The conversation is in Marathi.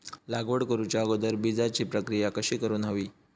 लागवड करूच्या अगोदर बिजाची प्रकिया कशी करून हवी?